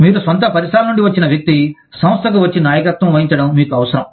మీ స్వంత పరిసరాల నుండి వచ్చిన వ్యక్తి సంస్థకు వచ్చి నాయకత్వం వహించడం మీకు అవసరం